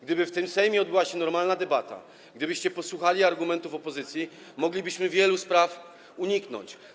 Gdyby w tym Sejmie odbyła się normalna debata, gdybyście posłuchali argumentów opozycji, moglibyśmy wielu spraw uniknąć.